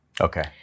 Okay